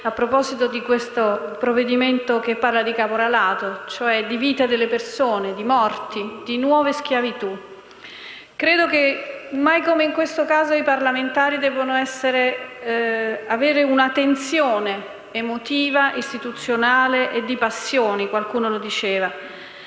discussione di un provvedimento che parla di caporalato e cioè di vita delle persone, di morti e di nuove schiavitù. Credo che mai come in questo caso i parlamentari debbano avere una tensione emotiva, istituzionale e di passione, qualcuno lo diceva,